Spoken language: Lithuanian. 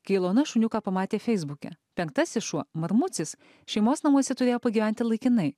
kai ilona šuniuką pamatė feisbuke penktasis šuo marmucis šeimos namuose turėjo pagyventi laikinai